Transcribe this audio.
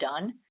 done